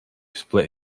split